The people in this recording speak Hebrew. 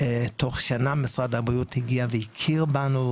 תוך שנה משרד הבריאות הגיע והכיר בנו,